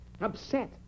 Upset